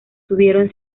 tuvieron